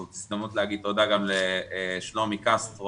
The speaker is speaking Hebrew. זו הזדמנות להגיד תודה גם לשלומי קסטרו,